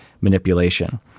manipulation